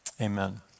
amen